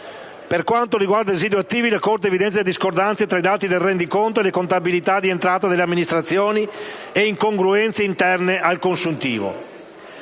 Per quanto riguarda i residui attivi, la Corte evidenzia le discordanze fra i dati del rendiconto e le contabilità di entrata delle amministrazioni e incongruenze interne al consuntivo.